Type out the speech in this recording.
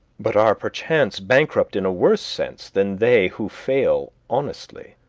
but are perchance bankrupt in a worse sense than they who fail honestly.